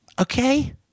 Okay